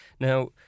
Now